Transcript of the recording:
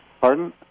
Pardon